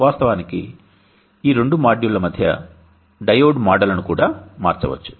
వాస్తవానికి ఈ రెండు మాడ్యూళ్ళ మధ్య డయోడ్ మోడళ్లను కూడా మార్చవచ్చు